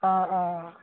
অঁ অঁ